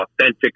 authentic